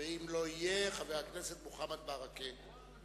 ואם לא יהיה, חבר הכנסת מוחמד ברכה.